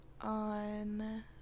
On